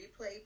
replay